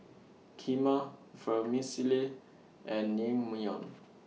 Kheema Vermicelli and Naengmyeon